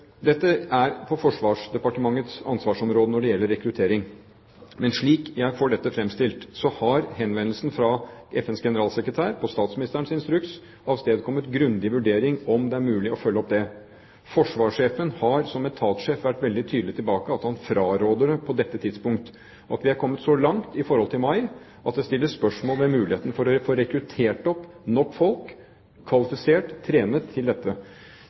det Forsvarsdepartementets ansvarsområde. Men slik jeg får dette fremstilt, har henvendelsen fra FNs generalsekretær på statsministerens instruks avstedkommet en grundig vurdering om det er mulig å følge det opp. Forsvarssjefen har som etatssjef vært veldig tydelig tilbake på at han fraråder det på dette tidspunkt, og at vi er kommet så langt i forhold til mai at det stilles spørsmål ved muligheten til å få rekruttert nok folk kvalifisert og trente til dette.